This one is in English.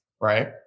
right